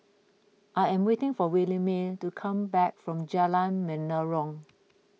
I am waiting for Williemae to come back from Jalan Menarong